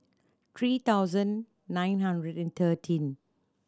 three thousand nine hundred and thirteen